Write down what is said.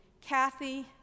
Kathy